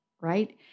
right